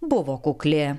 buvo kukli